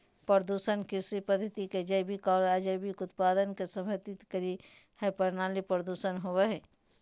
प्रदूषण कृषि पद्धति के जैविक आर अजैविक उत्पाद के संदर्भित करई हई, परिणाम प्रदूषण होवई हई